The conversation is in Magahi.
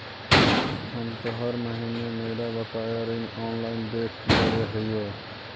हम तो हर महीने मेरा बकाया ऋण ऑनलाइन देख लेव हियो